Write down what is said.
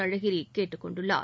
அழகிரி கேட்டுக் கொண்டுள்ளார்